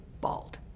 bald